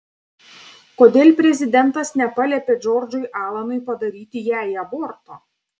kodėl prezidentas nepaliepė džordžui alanui padaryti jai aborto